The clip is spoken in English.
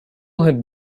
had